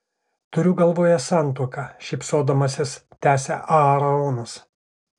turiu galvoje santuoką šypsodamasis tęsia aaronas